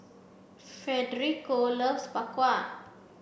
Federico loves bak kwa